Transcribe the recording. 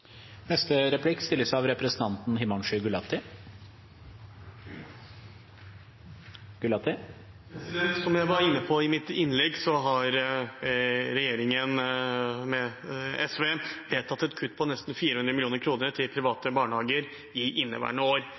Som jeg var inne på i mitt innlegg, har regjeringen sammen med SV vedtatt et kutt på nesten 400 mill. kr til private barnehager i inneværende år.